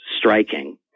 striking